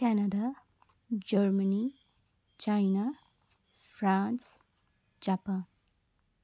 Canada Germany China France Japan